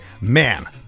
man